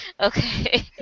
Okay